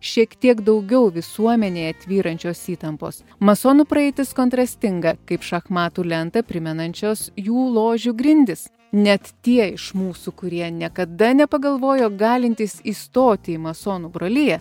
šiek tiek daugiau visuomenėje tvyrančios įtampos masonų praeitis kontrastinga kaip šachmatų lentą primenančios jų ložių grindys net tie iš mūsų kurie niekada nepagalvojo galintys įstoti į masonų broliją